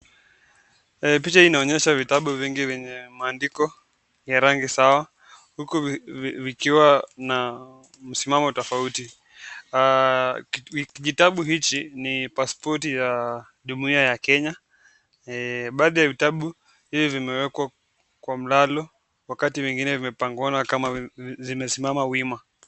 Picha hii inaonyesha vitabu vingi vyenye maandiko ya rangi sawa huku vikiwa na msimamo tofauti vitabu hiki ni passport ya jumuiya ya Kenya baadhi ya vitabu hizi zimeekwa kwa mlalio wakati zingine zimepangwa kama zimesimama wima.